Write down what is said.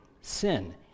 sin